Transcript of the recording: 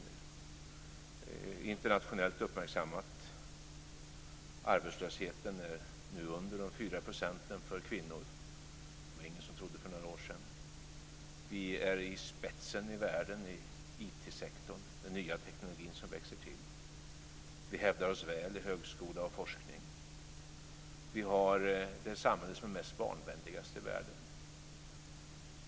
Det är internationellt uppmärksammat. Arbetslösheten är nu under de fyra procenten för kvinnor - det var det ingen som trodde för några år sedan. Vi är i spetsen i världen när det gäller IT-sektorn, den nya teknologi som växer till. Vi hävdar oss väl när det gäller högskola och forskning. Vi har det mest barnvänliga samhället i världen.